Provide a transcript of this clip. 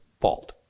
fault